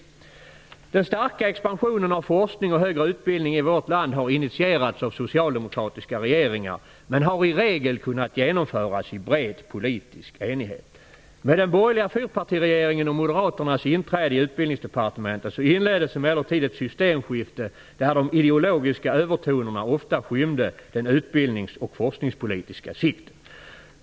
Den starka expansionen av forskning och högre utbildning i vårt land har initierats av socialdemokratiska regeringar, men den har i regel kunnat genomföras i bred politisk enighet. Med den borgerliga fyrpartiregeringen och moderaternas inträde i Utbildningsdepartementet inleddes emellertid ett systemskifte där de ideologiska övertonerna ofta skymde den utbildnings och forskningspolitiska sikten.